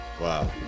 Wow